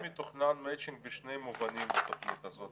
היה מתוכנן מצ'ינג בשני מובנים בתוכנית הזאת.